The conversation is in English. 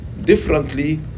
differently